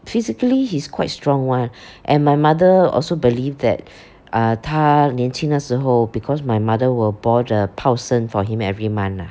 physically he's quite strong one and my mother also believe that uh 他年轻的时候 because my mother will boil the 泡参 for him every month